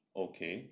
okay